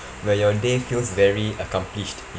where your day feels very accomplished